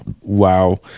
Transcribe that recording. wow